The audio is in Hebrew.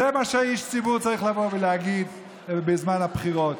זה מה שאיש ציבור צריך לבוא ולהגיד ובזמן הבחירות,